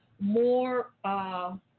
more